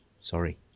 Sorry